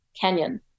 Canyon